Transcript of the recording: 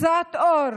קצת אור,